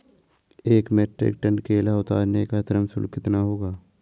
एक metric ton केला उतारने का श्रम शुल्क कितना होगा?